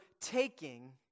taking